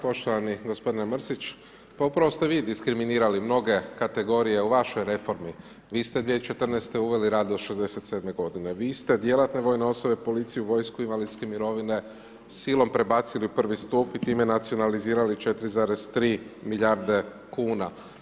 Poštovani gospodine Mrsić, pa upravo ste vi diskriminirali mnoge kategorije u vašoj reformi, vi ste 2014. uveli rad do 67 godine, vi ste djelatne vojne osobe, policiju, vojsku, invalidske mirovine silom prebacili u prvi stup i time nacionalizirali 4,3 milijarde kuna.